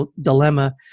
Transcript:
Dilemma